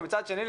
ומצד שני,